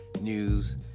News